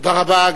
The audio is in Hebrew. תודה רבה.